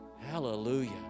Hallelujah